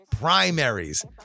primaries